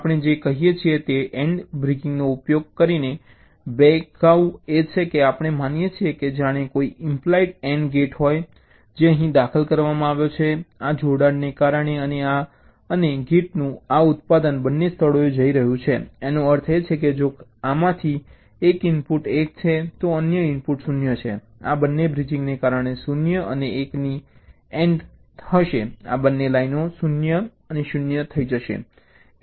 આપણે જે કહીએ છીએ તે AND બ્રિગિંગનો ઉપયોગ કરીને બેકાઉ એ છે કે આપણે માનીએ છીએ કે જાણે કોઈ ઇમ્પ્લાઇડ AND ગેટ હોય જે અહીં દાખલ કરવામાં આવ્યો છે આ જોડાણને કારણે અને આ અને ગેટનું આ ઉત્પાદન બંને સ્થળોએ જઈ રહ્યું છે જેનો અર્થ એ છે કે જો આમાંથી એક ઇનપુટ 1 છે તો અન્ય ઇનપુટ 0 છે આ અને બ્રિજિંગને કારણે 0 અને 1 ની AND હશે આ બંને લાઇનો 0 અને 0 થઈ જશે